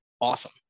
awesome